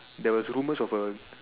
there was rumors of a